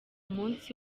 munsi